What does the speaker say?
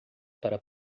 para